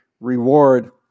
reward